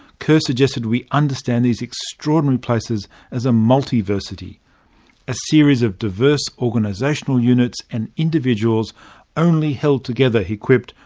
kerr suggested we understand these extraordinary places as a multiversity a series of diverse organisational units and individuals only held together, he quipped,